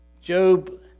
Job